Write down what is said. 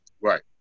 Right